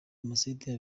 amaseti